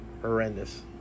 horrendous